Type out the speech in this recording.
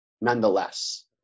nonetheless